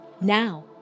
Now